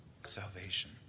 salvation